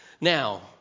Now